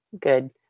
good